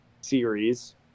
series